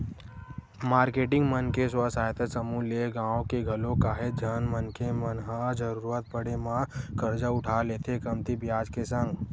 marketing मन के स्व सहायता समूह ले गाँव के घलोक काहेच झन मनखे मन ह जरुरत पड़े म करजा उठा लेथे कमती बियाज के संग